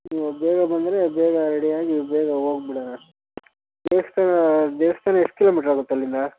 ನೀವು ಬೇಗ ಬಂದರೆ ಬೇಗ ರೆಡಿಯಾಗಿ ಬೇಗ ಹೋಗ್ಬಿಡಣ ದೇವಸ್ಥಾನ ದೇವಸ್ಥಾನ ಎಷ್ಟು ಕಿಲೋಮೀಟ್ರ್ ಆಗುತ್ತೆ ಅಲ್ಲಿಂದ